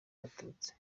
abatutsi